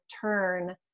turn